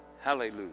Hallelujah